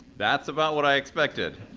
that's about what i expected.